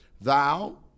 Thou